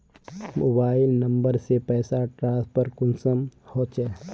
Mobile number से पैसा transfer कुंसम होचे?